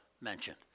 mentioned